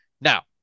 Now